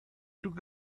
took